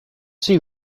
see